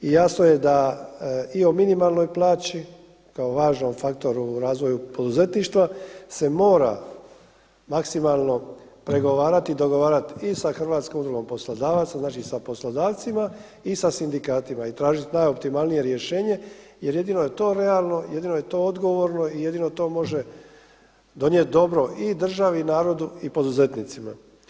I jasno je da i o minimalnoj plaći, kao važnom faktoru u razvoju poduzetništva se mora maksimalno pregovarati i dogovarati i sa Hrvatskom udrugom poslodavaca, znači i sa poslodavcima i sa sindikatima i tražiti najoptimalnije rješenje jer jedino je to realno, jedino je to odgovorno i jedino to može donijeti dobro i državi i narodu i poduzetnicima.